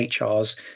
HR's